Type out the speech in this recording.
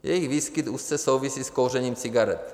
Jejich výskyt úzce souvisí s kouřením cigaret.